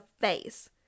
face